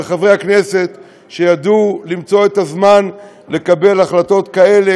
ולחברי הכנסת שידעו למצוא את הזמן לקבל החלטות כאלה